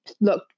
Look